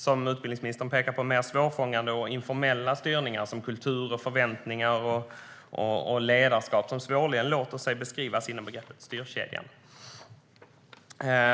Som utbildningsministern pekar på finns det också mer svårfångade och informella styrningar, såsom kultur och förväntningar på ledarskap, som svårligen låter sig beskrivas inom begreppet styrkedjan.